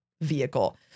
vehicle